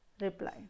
reply